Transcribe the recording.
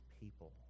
people